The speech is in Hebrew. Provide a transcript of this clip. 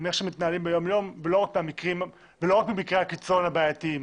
מאיך שמתנהלים ביום יום ולא רק ממקרי הקיצון הבעייתיים,